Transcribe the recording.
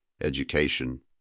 education